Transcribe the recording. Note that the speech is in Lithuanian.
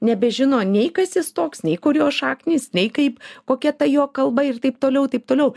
nebežino nei kas jis toks nei kur jo šaknys nei kaip kokia ta jo kalba ir taip toliau ir taip toliau